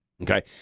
Okay